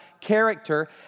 character